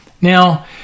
now